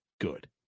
good